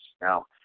Now